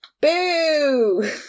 Boo